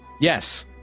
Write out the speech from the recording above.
Yes